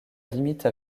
limite